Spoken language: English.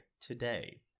today